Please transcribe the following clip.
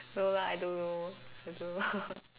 no lah I don't know also